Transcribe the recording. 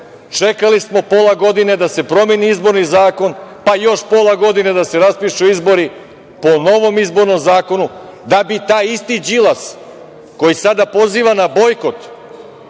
čekali smo pola godine da se promeni izborni zakon, pa još pola godine da se raspišu izbori po novom izbornom zakonu, da bi taj isti Đilas, koji sada poziva na bojkot,